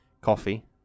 Coffee